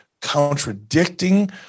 contradicting